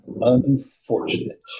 Unfortunate